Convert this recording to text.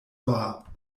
war